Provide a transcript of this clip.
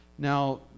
Now